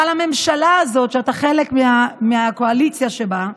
אבל הממשלה הזאת, שאתה חלק מהקואליציה שבה,